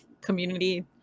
community